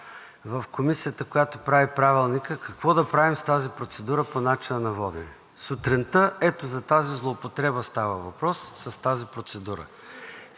в Комисията, която прави Правилника: какво да правим с тази процедура по начина на водене? Сутринта, ето за тази злоупотреба става въпрос, с тази процедура,